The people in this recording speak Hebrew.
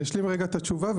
אני אשלים רגע את התשובה,